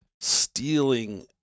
stealing